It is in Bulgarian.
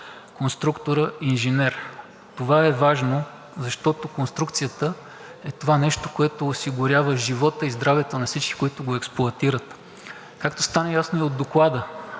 конструктора инженер. Това е важно, защото конструкцията е това нещо, което осигурява живота и здравето на всички, които го експлоатират. Както стана ясно и от Доклада,